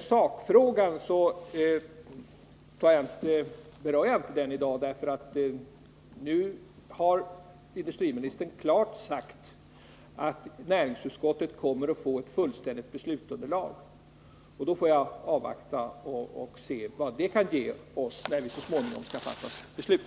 Sakfrågan skall jag inte beröra mer i dag. Industriministern har klart sagt att näringsutskottet kommer att få ett fullständigt beslutsunderlag. Då får jag avvakta och se vad det kan innebära när vi så småningom skall fatta beslut.